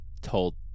told